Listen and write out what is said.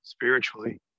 Spiritually